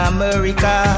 America